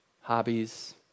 hobbies